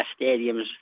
stadiums